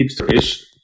hipster-ish